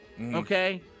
okay